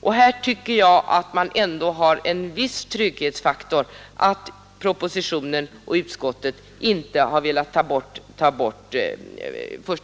Jag tycker att det ändå ligger en viss trygghetsfaktor i detta att man enligt propositionen och utskottsbetänkandet inte har velat ta bort 5 kap. 1 8